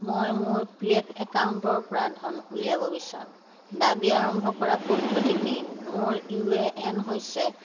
মই মোৰ P F একাউণ্টৰপৰা ধন উলিয়াব বিচাৰোঁ দাবী আৰম্ভ কৰাৰ পদ্ধতি কি মোৰ ইউ এ এন হৈছে